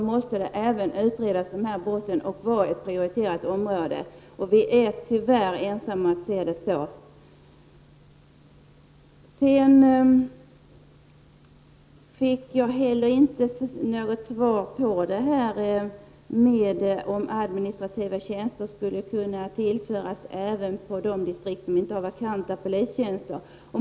Då måste även de här brotten utredas och vara ett prioriterat område. Vi är tyvärr ensamma om att se det så. Jag fick heller inte något svar på om administrativa tjänster skulle kunna tillföras även de distrikt som inte har vakanta polistjänster.